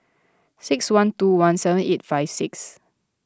six one two one seven eight five six